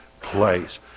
place